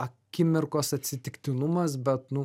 akimirkos atsitiktinumas bet nu